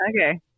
Okay